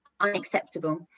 unacceptable